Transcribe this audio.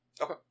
Okay